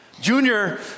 Junior